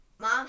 Mom